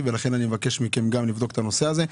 לכן אבקש מכם גם לבדוק את הנושא הזה.